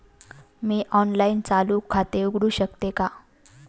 मी online चालू खाते उघडू शकते का?